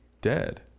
dead